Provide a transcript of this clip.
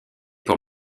pour